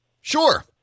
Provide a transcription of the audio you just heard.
sure